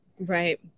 right